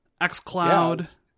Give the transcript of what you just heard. xCloud